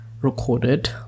recorded